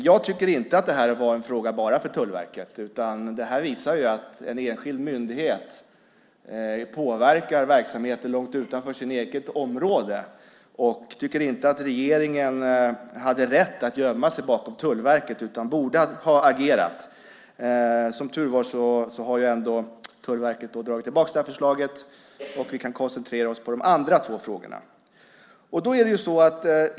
Jag tycker inte att det här var en fråga bara för Tullverket. Detta visar att en enskild myndighet påverkar verksamheter långt utanför sitt eget område. Jag tycker inte att regeringen hade rätt att gömma sig bakom Tullverket. Den borde ha agerat. Som tur är har ändå Tullverket dragit tillbaka förslaget, och vi kan koncentrera oss på de andra två frågorna.